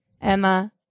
Emma